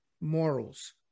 Morals